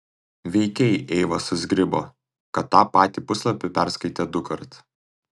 veikiai eiva susizgribo kad tą patį puslapį perskaitė dukart